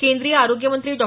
केंद्रीय आरोग्य मंत्री डॉ